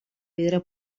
pedra